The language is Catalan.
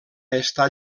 estat